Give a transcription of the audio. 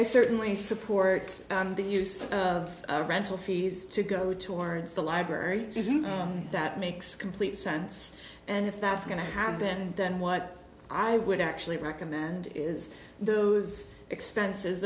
i certainly support the use of rental fees to go towards the library that makes complete sense and if that's going to have been then what i would actually recommend is those expenses